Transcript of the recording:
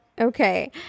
Okay